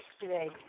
today